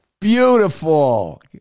beautiful